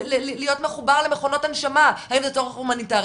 להיות מחובר למכונות הנשמה, האם זה צורך הומניטרי?